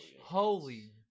Holy